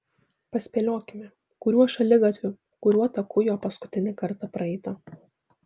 paspėliokime kuriuo šaligatviu kuriuo taku jo paskutinį kartą praeita